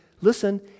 listen